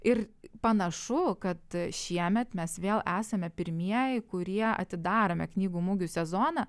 ir panašu kad šiemet mes vėl esame pirmieji kurie atidarome knygų mugių sezoną